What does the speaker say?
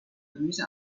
gemüse